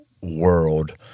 world